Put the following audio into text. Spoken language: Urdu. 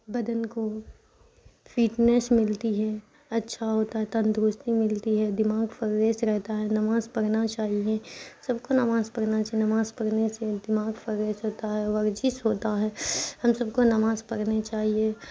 بدن کو فٹنیس ملتی ہے اچھا ہوتا ہے تندرستی ملتی ہے دماغ فریش رہتا ہے نماز پرھنا چاہیے سب کو نماز پرھنا چاہیے نماز پرھنے سے دماغ فریش ہوتا ہے ورزش ہوتا ہے ہم سب کو نماز پرھنی چاہیے